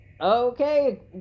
Okay